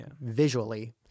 visually